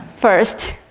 First